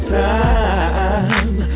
time